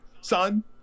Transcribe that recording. son